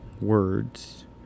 words